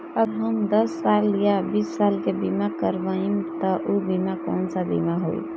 अगर हम दस साल या बिस साल के बिमा करबइम त ऊ बिमा कौन सा बिमा होई?